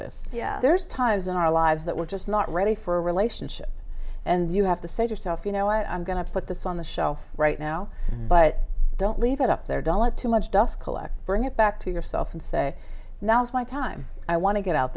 this there's times in our lives that we're just not ready for a relationship and you have to say to yourself you know what i'm going to put this on the shelf right now but don't leave it up there developed too much dust collect bring it back to yourself and say now's my time i want to get out